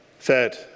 Third